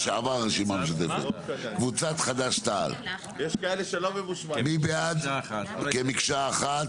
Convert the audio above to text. קבוצת "חד"ש-תע"ל", כמבקשה אחת.